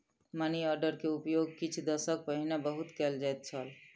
money order के उपयोग किछ दशक पहिने बहुत कयल जाइत छल